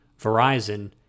Verizon